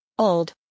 Old